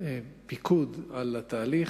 הפיקוד על התהליך,